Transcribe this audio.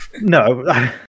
No